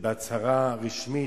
בהצהרה רשמית,